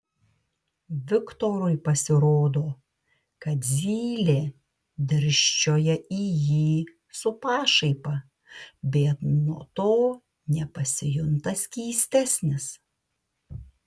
viktorui pasirodo kad zylė dirsčioja į jį su pašaipa bet nuo to nepasijunta skystesnis